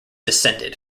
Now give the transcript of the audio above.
descended